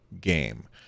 game